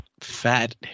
fat